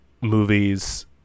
movies